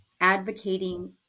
advocating